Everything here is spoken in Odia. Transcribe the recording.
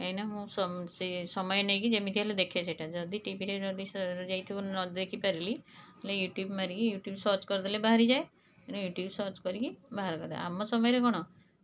କାହିଁକି ନା ମୁଁ ସମ ସିଏ ସମୟ ନେଇକି ଯେମିତି ହେଲେ ଦେଖେ ସେଇଟା ଯଦି ଟିଭିରେ ଯଦି ସରିଯାଇଥିବ ନ ଦେଖିପାରିଲି ତା'ହେଲେ ୟୁଟ୍ୟୁବ୍ ମାରିକି ୟୁଟ୍ୟୁବ୍ ସର୍ଚ୍ଚ କରିଦେଲେ ବାହାରିଯାଏ ତେଣୁ ୟୁଟ୍ୟୁବ୍ରୁ ସର୍ଚ୍ଚ କରିକି ବାହାର କରାଯାଏ ଆମ ସମୟରେ କ'ଣ